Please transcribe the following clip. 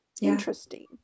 interesting